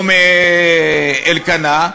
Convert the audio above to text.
או מאלקנה,